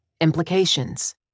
Implications